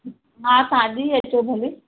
हा तव्हां अॼु ई अचो भले